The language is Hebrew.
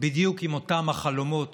בדיוק עם אותם החלומות